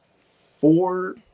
four